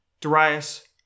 Darius